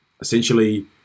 essentially